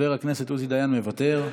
מוותר,